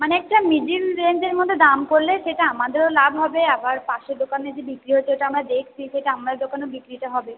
মানে একটা মিড্ল রেঞ্জের মধ্যে দাম করলে সেটা আমাদেরও লাভ হবে আবার পাশের দোকানে যে বিক্রি হচ্ছে ওটা আমরা দেখছি সেটা আমাদের দোকানেও বিক্রিটা হবে